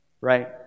right